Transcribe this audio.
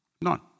None